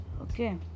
Okay